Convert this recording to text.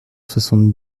soixante